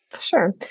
Sure